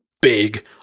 big